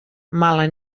mala